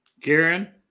Kieran